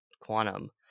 quantum